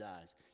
eyes